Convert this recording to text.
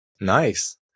Nice